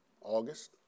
August